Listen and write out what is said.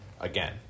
Again